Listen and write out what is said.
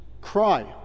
cry